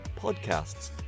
podcasts